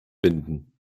binden